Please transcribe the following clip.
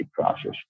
process